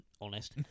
honest